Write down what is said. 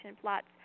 plots